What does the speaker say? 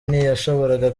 ntiyashoboraga